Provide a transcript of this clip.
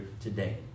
today